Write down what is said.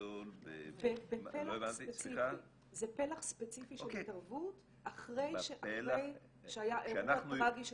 זה פלח ספציפי של התערבות אחרי שהיה אירוע טראגי.